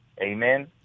Amen